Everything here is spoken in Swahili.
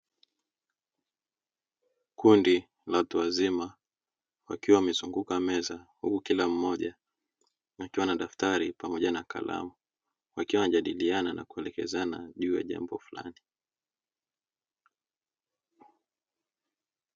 Kundi la watu wazima wakiwa wamezunguka meza huku kila mmoja akiwa na daftari pamoja na kalamu, wakiwa wana jadiliana na kuelekezana juu ya jambo fulani.